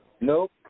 Nope